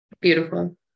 Beautiful